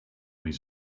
his